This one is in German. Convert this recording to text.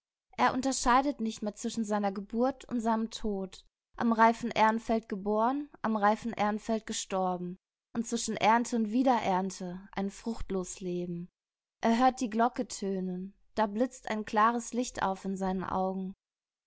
er unterscheidet nicht mehr zwischen seiner geburt und seinem tod am reifen ährenfeld geboren am reifen ährenfeld gestorben und zwischen ernte und wiederernte ein fruchtlos leben er hört die glocke tönen da blitzt ein klares licht auf in seinen augen